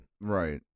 Right